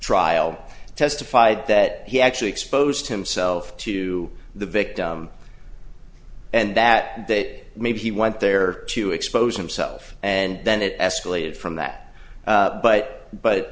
trial testified that he actually exposed himself to the victim and that that maybe he went there to expose himself and then it escalated from that but but